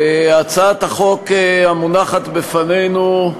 הצעת החוק המונחת בפנינו,